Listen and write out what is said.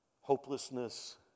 hopelessness